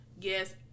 yes